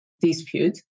dispute